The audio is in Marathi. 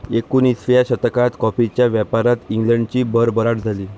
एकोणिसाव्या शतकात कॉफीच्या व्यापारात इंग्लंडची भरभराट झाली